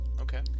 Okay